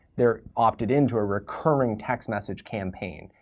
they're opted in to a recurring text message campaign.